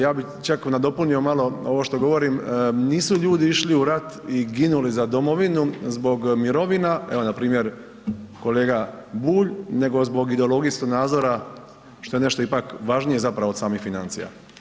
Ja bih čak nadopunio malo ovo što govorim nisu ljudi išli u rat i ginuli za domovinu zbog mirovina evo npr. kolega Bulj, nego zbog ideologijskog svjetonadzora što je nešto ipak važnije zapravo od samih financija.